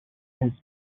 has